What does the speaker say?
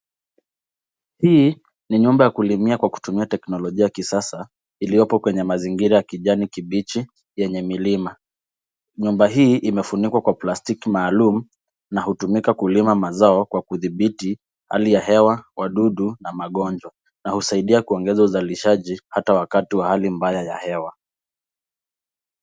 Hii ni nyumba ya kulimia kwa kutumia teknolojia ya kisasa iliyopo kwenye mazingira ya kijani kibichi yenye milima. Nyumba hii imefunikwa kwa plastiki maalum na kutumika kulima mazao kwa kudhibiti hali ya hewa, wadudu na magonjwa na husaidia kuongeza uzalishaji hata wakati wa hali mbaya ya hewa.